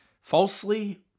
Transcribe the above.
falsely